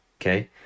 Okay